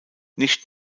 nicht